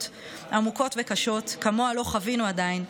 עמוקות וקשות שכמוהן לא חווינו עדיין,